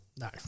No